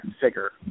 figure